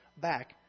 back